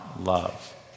love